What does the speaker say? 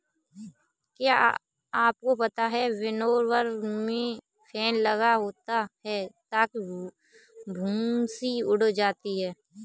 क्या आपको पता है विनोवर में फैन लगा होता है ताकि भूंसी उड़ जाए?